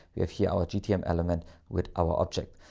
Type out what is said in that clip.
we have here our gta um element with our object.